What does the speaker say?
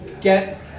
get